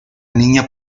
niña